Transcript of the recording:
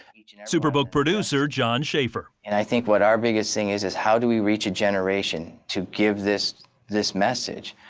and superbook producer john schafer and i think what our biggest thing is is how do we reach a generation to give this this message,